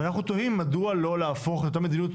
אנחנו תוהים מדוע לא להפוך את אותה מדיניות